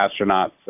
astronauts